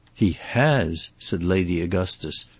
he has! said lady augustus,